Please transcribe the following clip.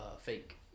fake